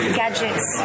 gadgets